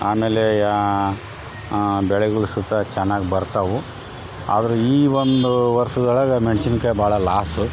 ಆಮೇಲೆ ಯಾ ಬೆಳೆಗಳು ಸುತ ಚೆನ್ನಾಗ್ ಬರ್ತವು ಆದರೆ ಈ ಒಂದು ವರ್ಷದೊಳಗ ಮೆಣಸಿನ್ಕಾಯಿ ಭಾಳ ಲಾಸು